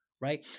right